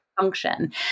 Function